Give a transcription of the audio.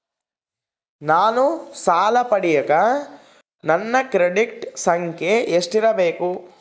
ನಾನು ಸಾಲ ಪಡಿಯಕ ನನ್ನ ಕ್ರೆಡಿಟ್ ಸಂಖ್ಯೆ ಎಷ್ಟಿರಬೇಕು?